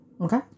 Okay